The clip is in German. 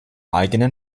eigenen